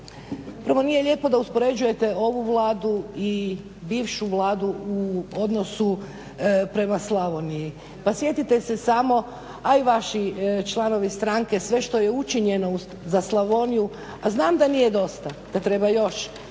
prvo nije lijepo da uspoređuje ovu Vladu i bivšu vladu u odnosu prema Slavoniji. Pa sjetite se samo a i vaši članovi stranke sve što je učinjeno za Slavoniju, a znam da nije dosta da treba još